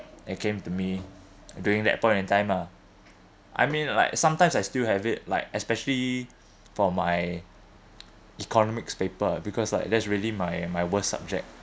it came to me during that point in time ah I mean like sometimes I still have it like especially for my economics paper because like that's really my my worst subject